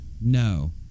no